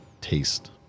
taste